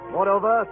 Moreover